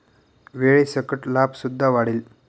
वेळेसकट लाभ सुद्धा वाढेल